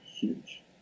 huge